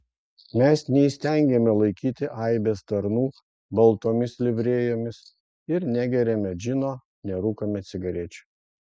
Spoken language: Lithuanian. mes neįstengiame laikyti aibės tarnų baltomis livrėjomis ir negeriame džino nerūkome cigarečių